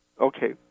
Okay